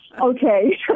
Okay